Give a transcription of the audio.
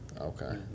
okay